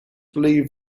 believe